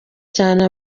cyane